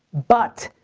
but,